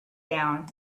down